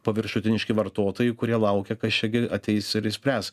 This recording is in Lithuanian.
paviršutiniški vartotojai kurie laukia kas čia gi ateis ir išspręs